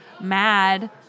mad